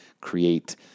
create